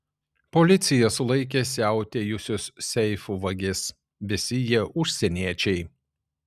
policija sulaikė siautėjusius seifų vagis visi jie užsieniečiai